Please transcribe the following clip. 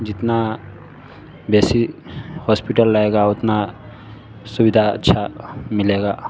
जितना बेसी हॉस्पिटल रहेगा उतना सुविधा अच्छा मिलेगा